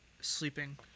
sleeping